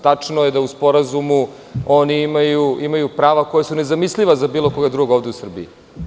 Tačno je da u Sporazumu oni imaju prava koja su nezamisliva za bilo koga drugog ovde u Srbiji.